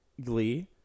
glee